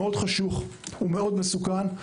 חשוך מאוד ומסוכן מאוד,